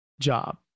job